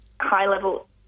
high-level